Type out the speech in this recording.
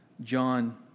John